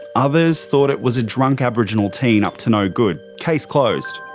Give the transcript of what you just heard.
others thought it was a drunk aboriginal teen up to no good, case closed.